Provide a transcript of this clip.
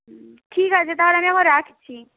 হুম ঠিক আছে তাহলে আমি এখন রাখছি